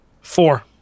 Four